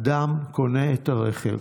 אדם קונה את הרכב,